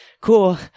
cool